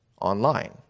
online